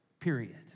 period